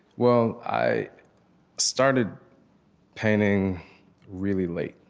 well, i started painting really late.